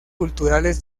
culturales